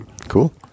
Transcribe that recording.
Cool